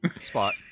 spot